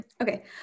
Okay